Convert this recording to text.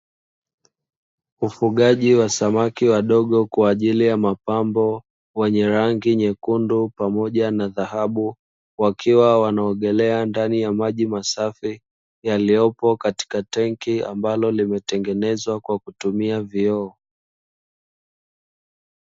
Ufugaji wa samaki wadogo kwa ajili ya mapambo, wenye rangi nyekundu pamoja na dhahabu, wakiwa wanaogelea ndani ya maji masafi, yaliyopo katika tenki ambalo limetengenezwa kwa kutumia vioo.